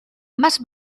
más